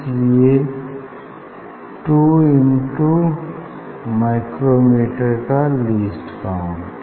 इस लिए two in two micrometre का लीस्ट काउंट